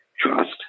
trust